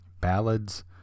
ballads